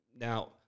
Now